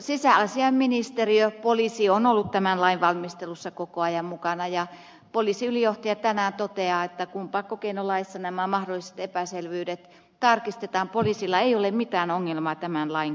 sisäasiainministeriö poliisi on ollut tämän lain valmistelussa koko ajan mukana ja poliisiylijohtaja tänään toteaa että kun pakkokeinolaissa nämä mahdolliset epäselvyydet tarkistetaan poliisilla ei ole mitään ongelmaa tämän lain kanssa